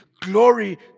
Glory